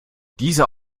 dieser